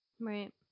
Right